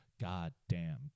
goddamn